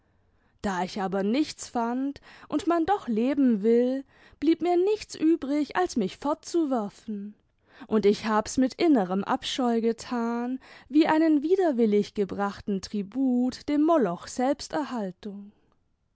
da ich aber nichts fand imd man doch leben will blieb mir nichts übrig als mich fortzuwerfen und ich hab's mit innerem abscheu getan wie einen widerwillig gebrachten tribut dem moloch